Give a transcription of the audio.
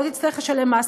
לא תצטרך לשלם מס,